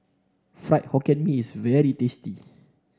Fried Hokkien Mee is very tasty